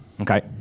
Okay